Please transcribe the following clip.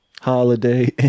Holiday